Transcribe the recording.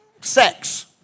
sex